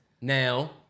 now